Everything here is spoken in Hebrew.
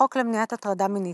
בחוק למניעת הטרדה מינית,